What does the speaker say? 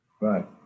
right